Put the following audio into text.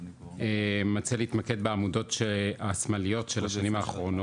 מציע להתמקד בעמודות השמאליות של השנים האחרונות.